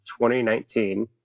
2019